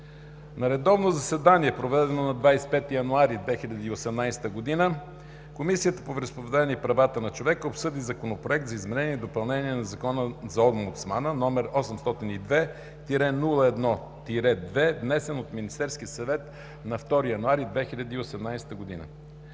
На редовно заседание, проведено на 25 януари 2018 г., Комисията по вероизповеданията и правата на човека обсъди Законопроект за изменение и допълнение на Закона за омбудсмана, № 802-01-2, внесен Министерския съвет на 2 януари 2018 г.